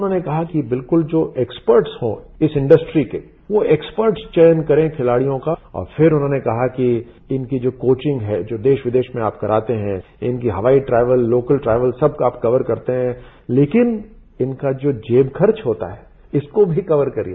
उन्होंने कहा कि बिल्कुल जो एक्सपर्टस हों इस इंड्रस्ट्री के वो एक्सपर्टस चयन करें खिलाडियों का और फिर उन्होंने कहा कि इनकी जो कोचिंग है जो देश विदेश में आप कराते हैं इनके हवाई ट्रेवल लोकल ट्रेवल सब आप कवर करते हैं लेकिन इनका जो जेब खर्च होता है इसको भी कवर करिए